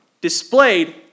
Displayed